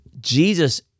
Jesus